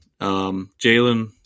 Jalen